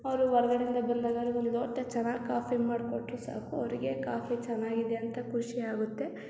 ಅವರು ಹೊರ್ಗಡೆಯಿಂದ ಬಂದಾಗ ಅವ್ರಿಗೊಂದು ಲೋಟ ಚೆನ್ನಾಗಿ ಕಾಫಿ ಮಾಡಿಕೊಟ್ರೂ ಸಾಕು ಅವರಿಗೆ ಕಾಫಿ ಚೆನ್ನಾಗಿದೆ ಅಂತ ಖುಷಿ ಆಗುತ್ತೆ